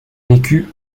vécu